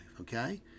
Okay